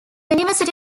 university